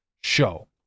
show